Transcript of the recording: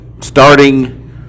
starting